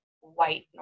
white